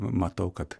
matau kad